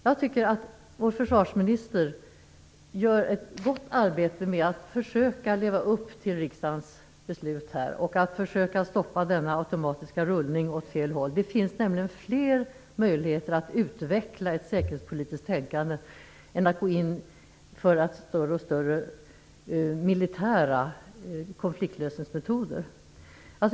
Jag tycker att vår försvarsminister gör ett gott arbete med att försöka leva upp till riksdagens beslut och försöka stoppa denna automatiska rullning åt fel håll. Det finns nämligen fler möjligheter att utveckla ett säkerhetspolitiskt tänkande än att gå in för allt större militära konfliktlösningsmetoder.